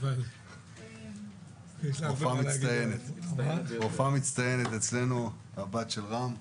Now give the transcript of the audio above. הבת של רם רופאה מצטיינת אצלנו.